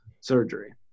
surgery